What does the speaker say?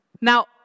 Now